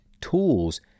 tools